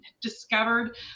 discovered